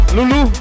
Lulu